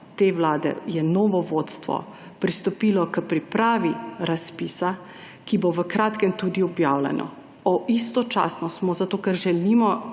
te vlade je novo vodstvo pristopilo k pripravi razpisa, ki bo v kratkem tudi objavljeno. Istočasno smo, ker želimo